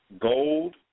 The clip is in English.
gold